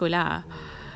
ishan kan pergi sekolah